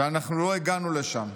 ואנחנו לא הגענו לשם.